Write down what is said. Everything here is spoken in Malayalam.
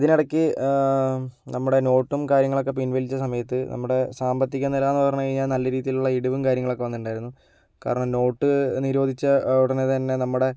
ഇതിനിടയ്ക്ക് നമ്മുടെ നോട്ടും കാര്യങ്ങളൊക്കെ പിൻവലിച്ച സമയത്ത് നമ്മുടെ സാമ്പത്തിക നിലയെന്ന് പറഞ്ഞു കഴിഞ്ഞാൽ നല്ല രീതിയിലുള്ള ഇടിവും കാര്യങ്ങളൊക്കെ വന്നിട്ടുണ്ടായിരുന്നു കാരണം നോട്ട് നിരോധിച്ച ഉടനെ തന്നെ നമ്മുടെ